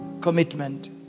commitment